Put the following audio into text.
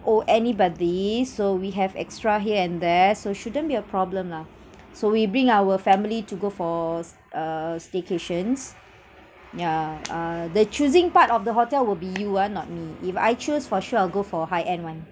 owe anybody so we have extra here and there so shouldn't be a problem lah so we bring our family to go for uh staycations yeah uh the choosing part of the hotel will be you ah not me if I choose for sure I'll go for high-end one